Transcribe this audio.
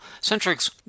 Centric's